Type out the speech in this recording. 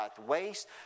waste